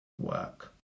work